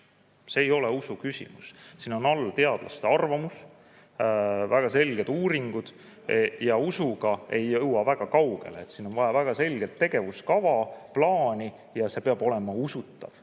See ei ole usu küsimus! Siin on all teadlaste arvamus, väga selged uuringud, ja usuga ei jõua väga kaugele. Siin on vaja väga selget tegevuskava, plaani ja see peab olema usutav,